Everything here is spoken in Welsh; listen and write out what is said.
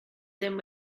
ddim